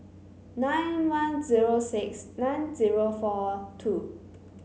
nine one zero six nine zero four two